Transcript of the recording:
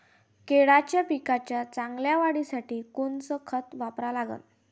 केळाच्या पिकाच्या चांगल्या वाढीसाठी कोनचं खत वापरा लागन?